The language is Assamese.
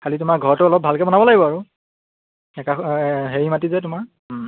খালি তোমাৰ ঘৰতো অলপ ভালকৈ বনাব লাগিব আৰু সেকা হেৰি মাটি যে তোমাৰ